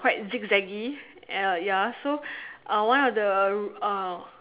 quite zig zaggy and like ya so uh one of the uh